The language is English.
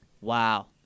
wow